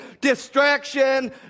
Distraction